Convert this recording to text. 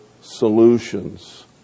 solutions